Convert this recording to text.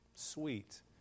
sweet